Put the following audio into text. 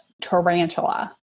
tarantula